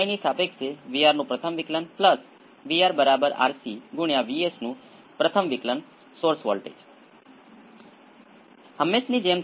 1 by RC અને એક by RC વચ્ચેનું ભૌતિક અંતર એ 1 બાય RC અને 10 બાય RC વચ્ચેના ભૌતિક અંતર જેટલું જ છે જે લોગ સ્કેલનો અર્થ છે